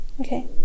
Okay